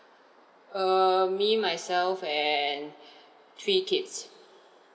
um me myself and three kids